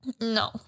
No